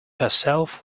herself